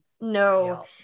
No